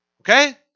Okay